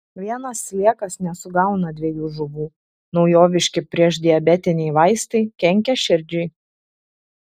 vienas sliekas nesugauna dviejų žuvų naujoviški priešdiabetiniai vaistai kenkia širdžiai